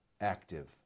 active